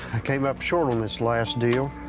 came up short on this last deal.